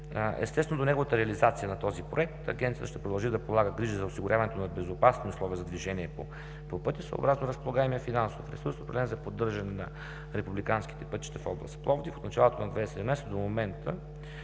Естествено, до реализацията на този проект Агенцията ще продължи да полага грижа за осигуряването на безопасни условия за движение по пътя, съобразно разполагаемия финансов ресурс, определен за поддържане на републиканските пътища в област Пловдив. От началото на 2017 г. до момента